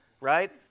right